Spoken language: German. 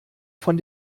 von